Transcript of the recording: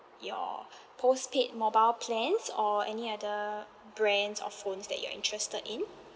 your postpaid mobile plans or any other brands of phones that you are interested in